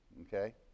okay